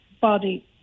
body